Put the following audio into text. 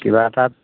কিবা এটা